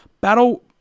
Battle